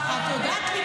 את יודעת,